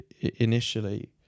initially